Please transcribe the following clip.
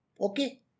Okay